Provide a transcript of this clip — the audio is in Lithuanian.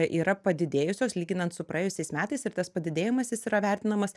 yra padidėjusios lyginant su praėjusiais metais ir tas padidėjimas jis yra vertinamas